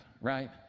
right